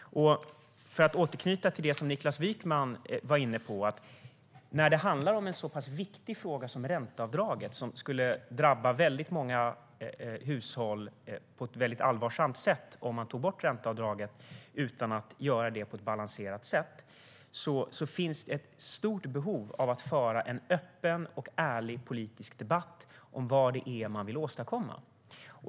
För att återknyta till det som Niklas Wykman var inne på: När det handlar om en sådan viktig fråga som att ta bort ränteavdragen - något som skulle drabba många hushåll hårt om man inte gör det på ett balanserat sätt - finns det ett stort behov av att föra en öppen och ärlig politisk debatt om vad det är man vill åstadkomma.